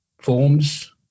forms